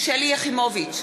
שלי יחימוביץ,